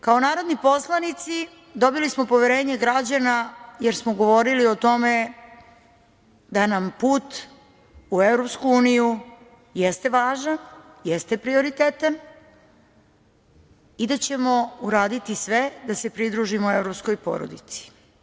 Kao narodni poslanici dobili smo poverenje građana, jer smo govorili o tome da nam put u EU jeste važan, jeste prioritetan i da ćemo uraditi sve da se pridružimo evropskoj porodici.